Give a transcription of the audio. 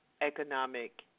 economic